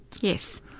Yes